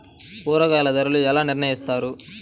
కూరగాయల ధరలు ఎలా నిర్ణయిస్తారు?